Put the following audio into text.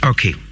Okay